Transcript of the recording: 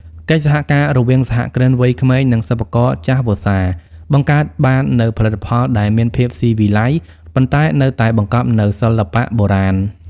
កិច្ចសហការរវាងសហគ្រិនវ័យក្មេង និងសិប្បករចាស់វស្សា បង្កើតបាននូវផលិតផលដែលមានភាពស៊ីវិល័យ ប៉ុន្តែនៅតែបង្កប់នូវសិល្បៈបុរាណ។